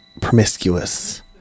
promiscuous